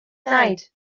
night